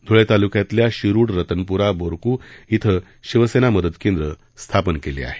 ध्ळे ताल्क्यातील शिरुड रतनपूरा बोरक् येथे शिवसेना मदत केंद्र स्थापन केलं आहे